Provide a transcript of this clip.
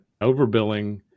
overbilling